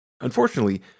Unfortunately